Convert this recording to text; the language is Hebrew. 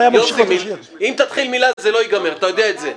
יוסי, אם תתחיל מילה זה לא ייגמר, אתה יודע את זה.